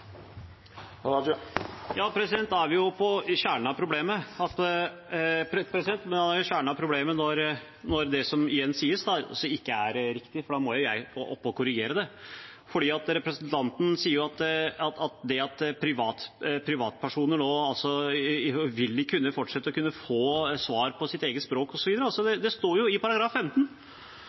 er vi ved kjernen av problemet: Når det som igjen sies, ikke er riktig, må jeg gå opp her for å korrigere det. Representanten Giske sier at privatpersoner nå ikke vil kunne fortsette å få svar på sitt eget språk osv. Det står jo i § 15: